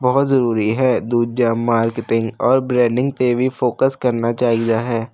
ਬਹੁਤ ਜ਼ਰੂਰੀ ਹੈ ਦੂਜਾ ਮਾਰਕਟਿੰਗ ਔਰ ਬਰੈਂਡਿੰਗ 'ਤੇ ਵੀ ਫੋਕਸ ਕਰਨਾ ਚਾਹੀਦਾ ਹੈ